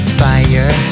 fire